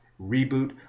Reboot